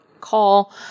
call